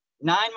nine